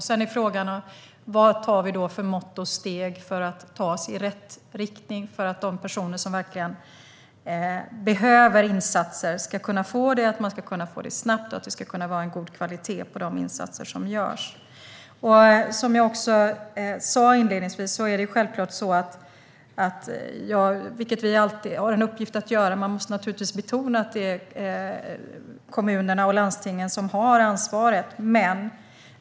Sedan är frågan vilka mått och steg som tar oss i rätt riktning för att de personer som verkligen behöver insatser ska kunna få det snabbt och att det är en god kvalitet på de insatser som görs. Som jag också sa inledningsvis är det kommunerna och landstingen som har ansvaret.